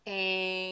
סוציאליים,